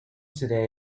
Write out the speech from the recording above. today